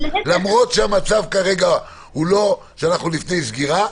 למרות שהמצב כרגע הוא לא שאנחנו לפני סגירה,